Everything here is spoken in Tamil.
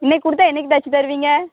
இன்றைக்கு கொடுத்தா என்றைக்கு தச்சு தருவீங்க